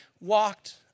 walked